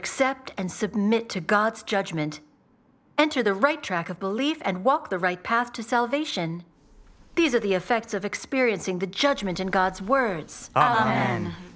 accept and submit to god's judgment enter the right track of believe and walk the right path to salvation these are the effects of experiencing the judgment in god's words a